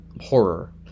Horror